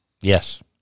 Yes